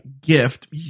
gift